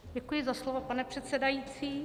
Děkuji za slovo, pane předsedající.